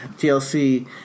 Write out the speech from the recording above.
TLC